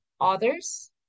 others